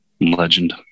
Legend